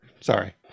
Sorry